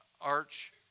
arch